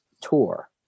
Tour